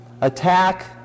attack